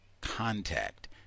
contact